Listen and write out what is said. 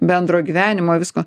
bendro gyvenimo visko